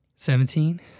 Seventeen